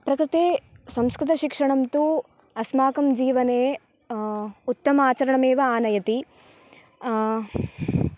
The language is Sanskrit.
प्रकृते संस्कृतशिक्षणं तु अस्माकं जीवने उत्तम आचरणमेव आनयति